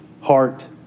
heart